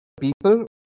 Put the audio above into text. people